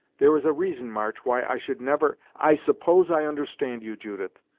there is a reason, march, why i should never i suppose i understand you, judith,